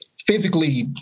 physically